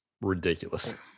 ridiculous